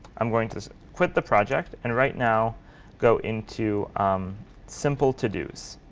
i'm going to quit the project and right now go into simple-todos.